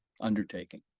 undertaking